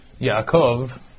Yaakov